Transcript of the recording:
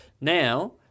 Now